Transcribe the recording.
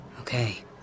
Okay